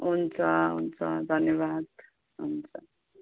हुन्छ हुन्छ धन्यवाद हुन्छ